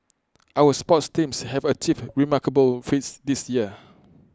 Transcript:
our sports teams have achieved remarkable feats this year